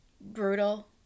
brutal